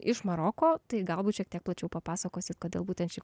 iš maroko tai galbūt šiek tiek plačiau papasakosit kodėl būtent ši